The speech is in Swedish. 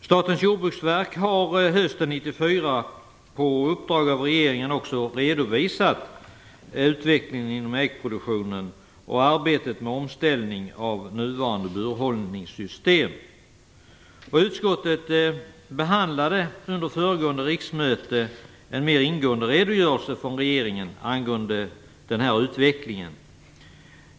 Statens jordbruksverk har hösten 1994 på uppdrag av regeringen också redovisat utvecklingen inom äggproduktionen och arbetet med omställning av nuvarande burhållningssystem. Utskottet behandlade under föregående riksmöte en mer ingående redogörelse från regeringen angående den här utvecklingen.